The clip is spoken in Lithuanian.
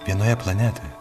vienoje planetoj